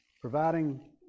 providing